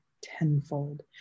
tenfold